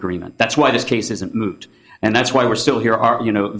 agreement that's why this case isn't moot and that's why we're still here are you know